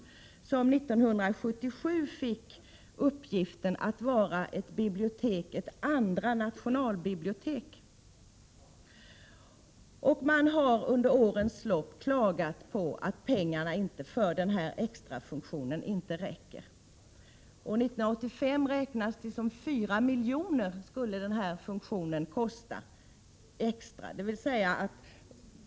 Det fick 1977 uppgiften att vara ett andra nationalbibliotek. Under årens lopp har man där klagat på att pengarna för den här extra funktionen inte räcker. 1985 räknade man med att denna funktion skulle kosta 4 milj.kr. extra.